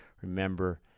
remember